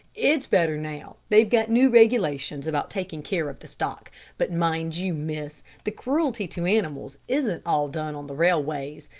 it's better now. they've got new regulations about taking care of the stock but mind you, miss, the cruelty to animals isn't all done on the railways.